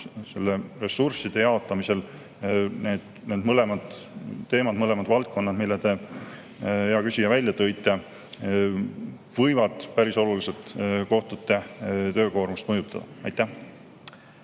ressursside jaotamisel. Need mõlemad teemad, mõlemad valdkonnad, mille te, hea küsija, välja tõite, võivad päris oluliselt kohtute töökoormust mõjutada. Suur